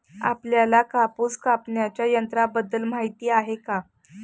आपल्याला कापूस कापण्याच्या यंत्राबद्दल माहीती आहे का?